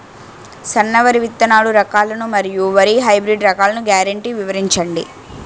సన్న వరి విత్తనాలు రకాలను మరియు వరి హైబ్రిడ్ రకాలను గ్యారంటీ వివరించండి?